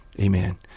Amen